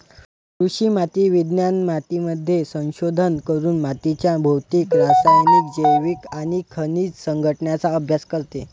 कृषी माती विज्ञान मातीमध्ये संशोधन करून मातीच्या भौतिक, रासायनिक, जैविक आणि खनिज संघटनाचा अभ्यास करते